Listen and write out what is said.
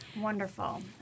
Wonderful